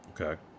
Okay